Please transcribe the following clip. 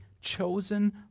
chosen